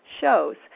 shows